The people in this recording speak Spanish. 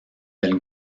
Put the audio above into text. del